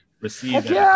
receive